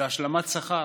זה השלמת שכר.